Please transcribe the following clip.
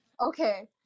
okay